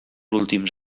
últims